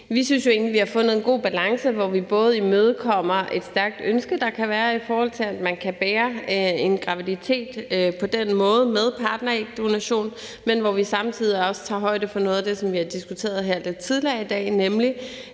synes, vi har fundet en god balance, hvor vi både imødekommer et stærkt ønske, der kan være, i forhold til at man kan bære en graviditet på den måde og med partnerægdonation, men vi samtidig også tager højde for noget af det, som vi har diskuteret her lidt tidligere i dag, nemlig